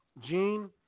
Gene